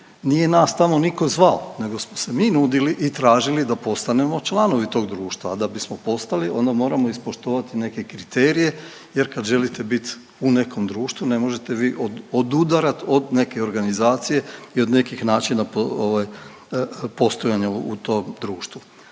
nije nas tamo nitko zvao, nego smo se mi nudili i tražili da postanemo članovi tog društva, a da bismo postali onda moramo ispoštovati neke kriterije. Jer kad želite bit u nekom društvu ne možete vi odudarat od neke organizacije i od nekih načina postojanja u tom društvu.